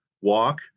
walk